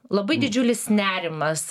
labai didžiulis nerimas